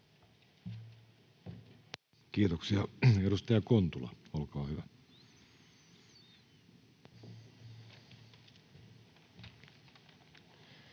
Kiitoksia. — Edustaja Kontula, olkaa hyvä.